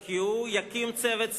כי הוא יקים צוות שרים,